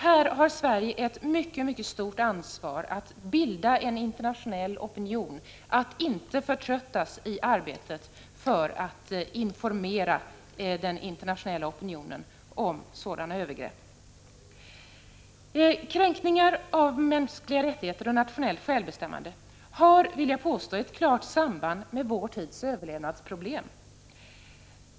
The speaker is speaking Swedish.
Här har Sverige ett mycket stort ansvar för att bilda en internationell opinion, för att inte förtröttas i arbetet på att informera den internationella opinionen om sådana övergrepp. Kränkningar av mänskliga rättigheter och nationellt självbestämmande har, vill jag påstå, ett klart samband med vår tids överlevnadsproblem.